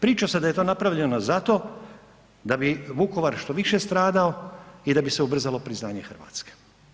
Priča se da je to napravljeno zato da bi Vukovar što više stradao i da bi se ubrzalo priznanje Hrvatske.